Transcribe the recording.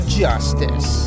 justice